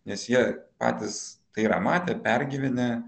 nes jie patys tai yra matę pergyvenę